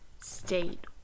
state